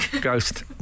ghost